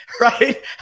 right